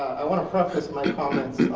i want to preface my comments